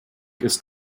ist